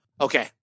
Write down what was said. Okay